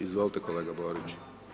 Izvolite kolega Borić.